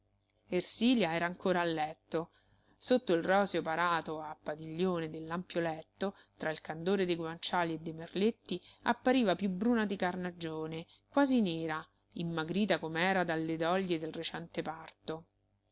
ersilia era ancora a letto sotto il roseo parato a padiglione dell'ampio letto tra il candore dei guanciali e de merletti appariva più bruna di carnagione quasi nera immagrita com'era dalle doglie del recente parto